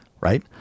right